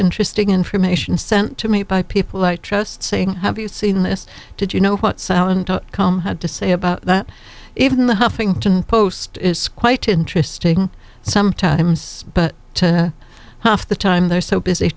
interesting information sent to me by people i trust saying have you seen this did you know what silent com had to say about that even the huffington post it's quite interesting sometimes but to half the time they're so busy